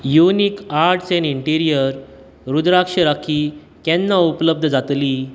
unique arts and interior rudraksha rakhi केन्ना उपलब्द जातली